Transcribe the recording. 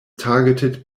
targeted